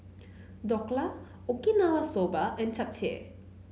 Dhokla Okinawa Soba and Japchae